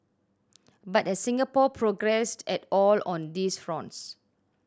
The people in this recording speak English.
but has Singapore progressed at all on these fronts